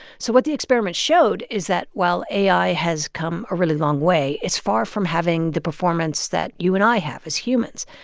so what the experiment showed is that, while ai has come a really long way, it's far from having the performance that you and i have as humans.